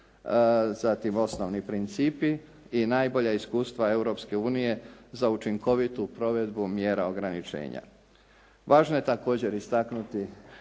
zatim osnovni principi i najbolja iskustva Europske unije za učinkovitu provedbu mjera ograničenja. Važno je također istaknuti